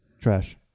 Trash